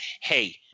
Hey